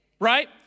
right